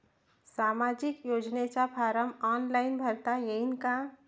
सामाजिक योजनेचा form online भरता येईन का?